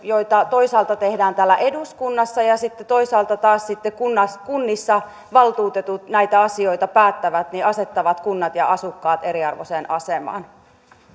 joita toisaalta tehdään täällä eduskunnassa ja joista toisaalta taas sitten kunnissa valtuutetut päättävät asettavat kunnat ja asukkaat eriarvoiseen asemaan